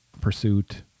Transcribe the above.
pursuit